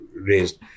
raised